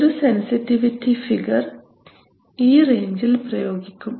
ഒരു sensitivity figure ഈ റേഞ്ചിൽ പ്രയോഗിക്കും